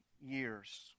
years